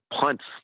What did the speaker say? punts